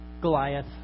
Goliath